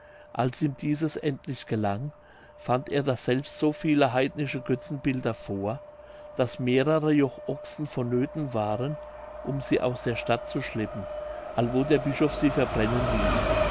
als ihm dieses endlich gelang fand er daselbst so viele heidnische götzenbilder vor daß mehrere joch ochsen vonnöthen waren um sie aus der stadt zu schleppen allwo der bischof sie verbrennen ließ